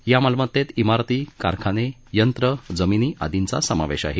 या मालमत्तेत इमारती कारखाने यंत्र जमिनी आदींचा समावेश आहे